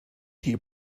tea